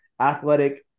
athletic